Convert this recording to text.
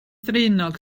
ddraenog